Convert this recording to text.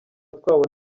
twabo